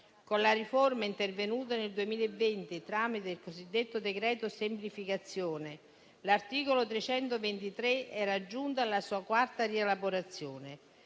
Con la riforma intervenuta nel 2020 tramite il cosiddetto decreto semplificazione, l'articolo 323 era giunto alla sua quarta rielaborazione